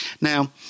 Now